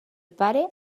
pare